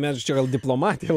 ne tai čia gal diplomatija